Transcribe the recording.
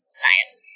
science